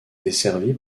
desservie